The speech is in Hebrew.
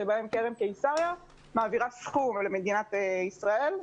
שבהם קרן קיסריה מעבירה סכום למדינת ישראל,